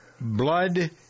Blood